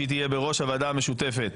שהיא תהיה בראש הוועדה המשותפת,